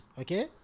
okay